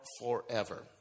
forever